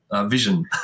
vision